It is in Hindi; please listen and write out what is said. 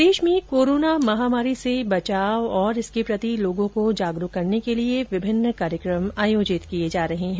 प्रदेश में कोरोना महामारी से बचाव और इसके प्रति लोगों को जागरूक करने के लिए विभिन्न कार्यकमों का आयोजन किया जा रहा है